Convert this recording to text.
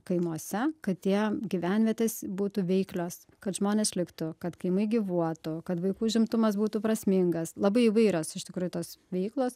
kaimuose kad tie gyvenvietės būtų veiklios kad žmonės liktų kad kaimai gyvuotų kad vaikų užimtumas būtų prasmingas labai įvairios iš tikrųjų tos veiklos